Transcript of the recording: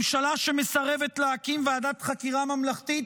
ממשלה שמסרבת להקים ועדת חקירה ממלכתית